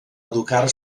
educar